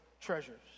treasures